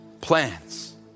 plans